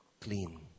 clean